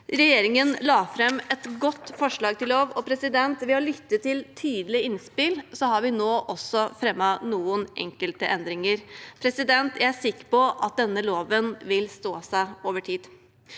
Regjeringen la fram et godt forslag til lov. Vi har lyttet til tydelige innspill og har nå også fremmet noen enkelte endringer. Jeg er sikker på at denne loven vil stå seg over tid.